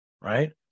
right